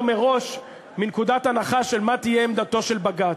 מראש מנקודת ההנחה של מה תהיה עמדתו של בג"ץ.